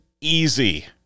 easy